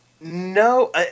no